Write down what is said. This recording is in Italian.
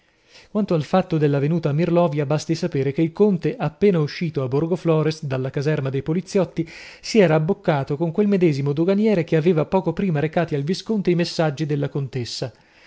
quanto al fatto della venuta a mirlovia basti sapere che il conte appena uscito a borgoflores dalla caserma dei poliziotti si era abboccato con quel medesimo doganiere che aveva poco prima recati al visconte i messaggi della contessa